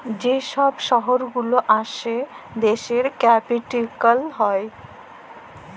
যে ছব শহর গুলা আসে দ্যাশের ক্যাপিটাল হ্যয়